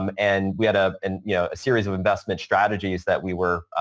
um and we had a and yeah series of investment strategies that we were